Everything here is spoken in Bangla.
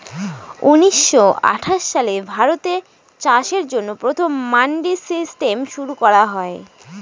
উনিশশো আঠাশ সালে ভারতে চাষের জন্য প্রথম মান্ডি সিস্টেম শুরু করা হয়